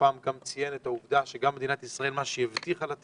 פעם את העובדה שמדינת ישראל לא נתנה